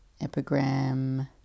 epigram